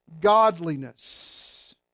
godliness